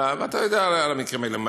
ואתה יודע על המקרים האלה,